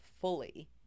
fully